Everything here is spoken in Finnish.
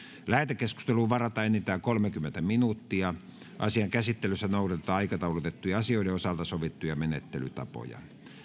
lähetekeskusteluun varataan enintään kolmekymmentä minuuttia asian käsittelyssä noudatetaan aikataulutettujen asioiden osalta sovittuja menettelytapoja